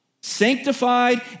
sanctified